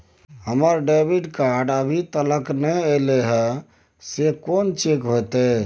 हमर debit card अभी तकल नय अयले हैं, से कोन चेक होतै?